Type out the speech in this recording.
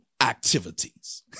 activities